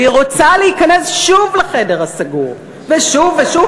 והיא רוצה להיכנס שוב לחדר הסגור, ושוב ושוב.